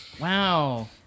wow